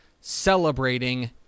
celebrating